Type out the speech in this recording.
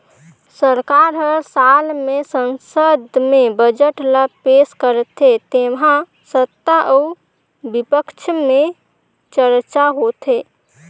सरकार हर साल में संसद में बजट ल पेस करथे जेम्हां सत्ता अउ बिपक्छ में चरचा होथे